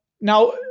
Now